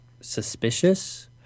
suspicious